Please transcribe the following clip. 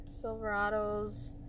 Silverado's